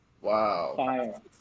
Wow